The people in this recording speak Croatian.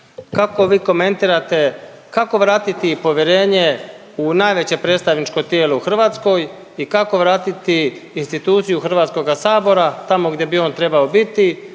Kako vi komentirate kako vratiti povjerenje u najveće predstavničko tijelo u Hrvatskoj i kako vratiti instituciju Hrvatskoga sabora tamo gdje bi on trebao biti,